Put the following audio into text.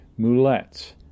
Moulettes